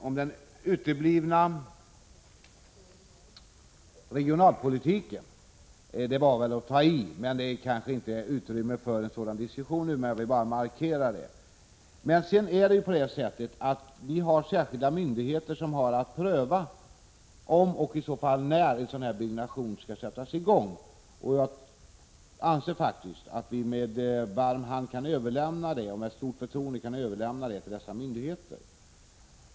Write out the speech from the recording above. Att tala om utebliven regionalpolitik var väl att tai. Det finns kanske inte utrymme för en diskussion om detta nu, men jag ville bara göra den markeringen. Vidare har vi särskilda myndigheter som har att pröva om och i så fall när en sådan byggnation skall sättas i gång. Jag anser att vi med varm hand och stort förtroende kan överlämna det till dem.